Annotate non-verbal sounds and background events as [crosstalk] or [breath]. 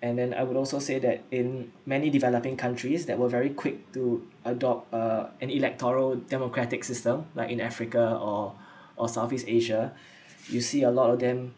and then I would also say that in many developing countries that were very quick to adopt uh any electoral democratic system like in africa or [breath] or southeast asia [breath] you see a lot of them